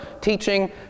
teaching